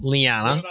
Liana